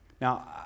Now